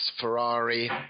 Ferrari